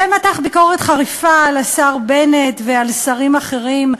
ומתח ביקורת חריפה על השר בנט ועל שרים אחרים,